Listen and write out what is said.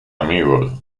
amigos